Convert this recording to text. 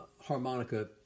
Harmonica